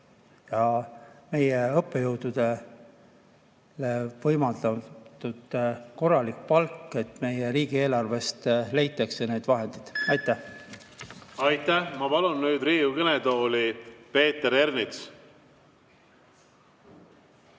et meie õppejõududele võimaldatakse korralik palk, milleks riigieelarvest leitakse vahendid. Aitäh! Aitäh! Ma palun nüüd Riigikogu kõnetooli Peeter Ernitsa.